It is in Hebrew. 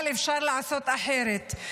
אבל אפשר לעשות אחרת.